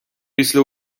після